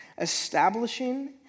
establishing